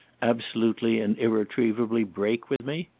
absolutely and irretrievably break with me?